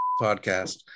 podcast